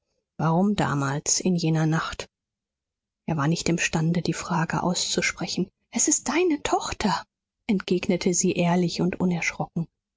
warum damals in jener nacht er war nicht imstande die frage auszusprechen es ist deine tochter entgegnete sie ehrlich und unerschrocken